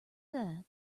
that